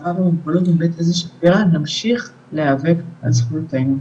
הגאווה והמוגבלות מבית איזי שפירא נמשיך להיאבק על זכותנו.